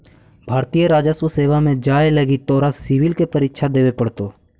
भारतीय राजस्व सेवा में जाए लगी तोरा सिवल के परीक्षा देवे पड़तो